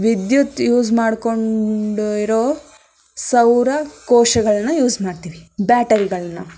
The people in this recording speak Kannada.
ವಿದ್ಯುತ್ ಯೂಸ್ ಮಾಡ್ಕೊಂಡು ಇರೋ ಸೌರಕೋಶಗಳನ್ನ ಯೂಸ್ ಮಾಡ್ತೀವಿ ಬ್ಯಾಟರಿಗಳನ್ನ